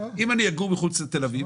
אם אני אגור מחוץ לתל אביב,